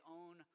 own